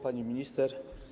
Pani Minister!